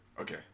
Okay